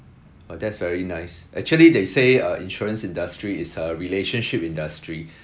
oh that's very nice actually they say uh insurance industry is a relationship industry